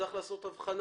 צריך לעשות הבחנה.